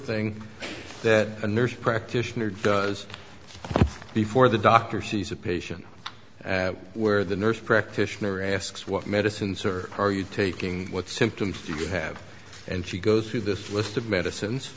thing that a nurse practitioner does before the doctor sees a patient where the nurse practitioner asks what medicines are are you taking what symptoms you have and she goes through this list of medicines